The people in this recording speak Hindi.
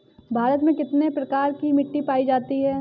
भारत में कितने प्रकार की मिट्टी पाई जाती है?